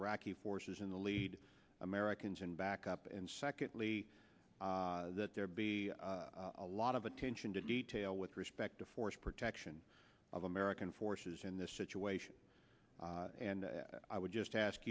iraqi forces in the lead americans and backup and secondly that there be a lot of attention to detail with respect to force protection of american forces in this situation and i would just ask